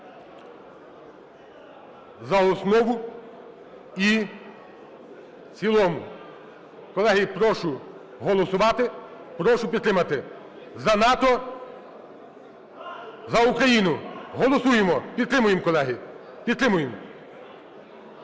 за основу і в цілому. Колеги, прошу голосувати, прошу підтримати. За НАТО! За Україну! Голосуємо! Підтримуємо, колеги.